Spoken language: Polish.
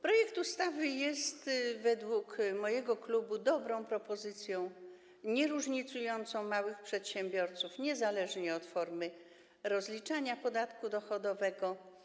Projekt ustawy jest według mojego klubu dobrą propozycją, nieróżnicującą małych przedsiębiorców zależnie od formy rozliczania podatku dochodowego.